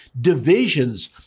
divisions